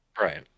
right